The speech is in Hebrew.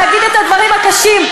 להגיד את הדברים הקשים.